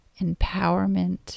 empowerment